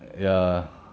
ya